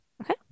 Okay